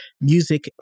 music